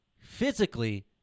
physically